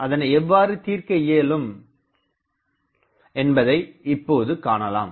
அதனை எவ்வாறு தீர்க்கயியலும் என்பதை இப்போது காணலாம்